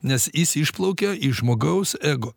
nes jis išplaukia iš žmogaus ego